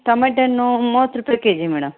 ಟಮಟಣ್ಣು ಮೂವತ್ತು ರೂಪಾಯಿ KG madam